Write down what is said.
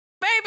Baby